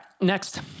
Next